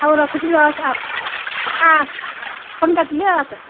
ହଉ ରଖୁଛି ଆସ ଫୋନ୍ କାଟିଲି ଆଉ ଆସେ